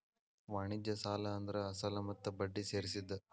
ವಾಣಿಜ್ಯ ಸಾಲ ಅಂದ್ರ ಅಸಲ ಮತ್ತ ಬಡ್ಡಿ ಸೇರ್ಸಿದ್